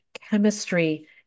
chemistry